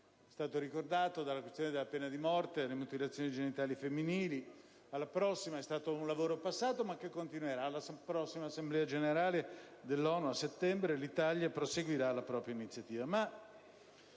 state ricordate la questione della pena di morte, le mutilazioni genitali femminili; è stato un lavoro passato ma che continuerà; alla prossima Assemblea Generale dell'ONU, a settembre, l'Italia proseguirà nella propria iniziativa.